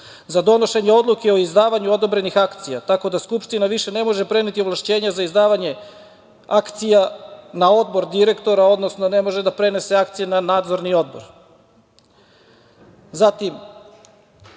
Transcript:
za donošenje odluke o izdavanju odobrenih akcija tako da Skupština više ne može preneti ovlašćenja za izdavanje akcija na odbor direktora, odnosno ne može da prenese akcije na nadzorni odbor. Zatim,